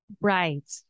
Right